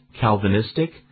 Calvinistic